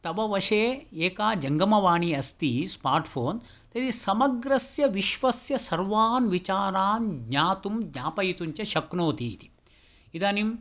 तव वशे एका जङ्गमवाणी अस्ति स्मार्ट् फ़ोन् तर्हि समग्रस्य विश्वस्य सर्वान् विचारान् ज्ञातुं ज्ञापयितुं च शक्नोति इदानीम्